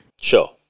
Sure